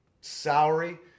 salary